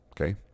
Okay